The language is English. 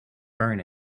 burn